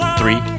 three